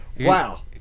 wow